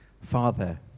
father